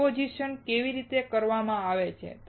deposition કેવી રીતે કરવામાં આવે છે